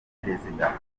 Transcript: perezida